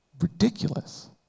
ridiculous